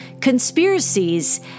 conspiracies